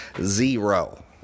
Zero